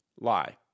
Lie